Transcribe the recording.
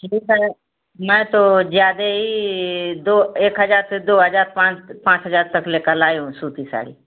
ठीक है मैं तो ज़्यादा ही दो एक हजार से दो हजार पाँच पाँच हजार तक लेकर लाई हूँ सूती साड़ी